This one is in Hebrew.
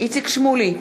איציק שמולי,